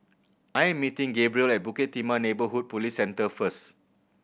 I am meeting Gabriel at Bukit Timah Neighbourhood Police Centre first